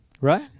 Right